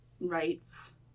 rights